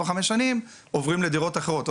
או חמש שנים הם עוברים לדירות אחרות.